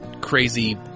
crazy